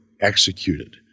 executed